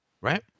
right